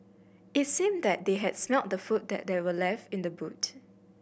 it seemed that they had smelt the food that were left in the boot